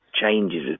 changes